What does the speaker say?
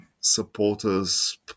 supporters